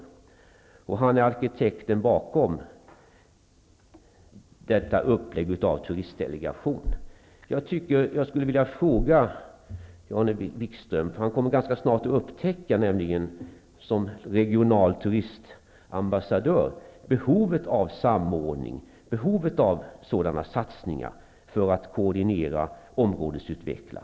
Jan-Erik Wikström är ju också arkitekten bakom detta upplägg av turistdelegationen. Jan-Erik Wikström kommer ganska snart i sin egenskap av regional turistambassadör att upptäcka att det finns ett behov av samordning, av satsningar, för att koordinera och områdesutveckla.